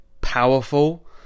powerful